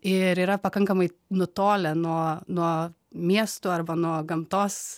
ir yra pakankamai nutolę nuo nuo miestų arba nuo gamtos